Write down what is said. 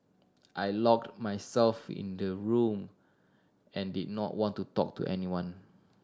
I locked myself in the room and did not want to talk to anyone